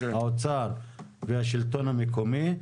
האוצר והשלטון המקומי.